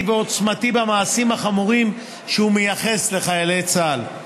ועוצמתי במעשים החמורים שהוא מייחס לחיילי צה"ל".